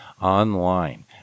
online